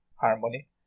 Harmony